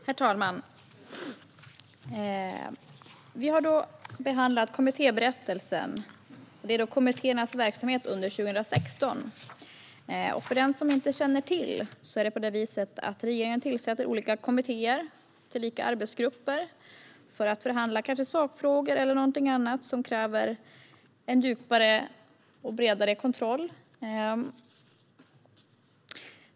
Herr talman! Vi har behandlat betänkandet Kommittéberättelsen - kommittéernas verksamhet under 2016 . För den som inte känner till det är det så att regeringen tillsätter olika kommittéer, tillika arbetsgrupper, för att förhandla sakfrågor eller annat som kräver en djupare och bredare kontroll.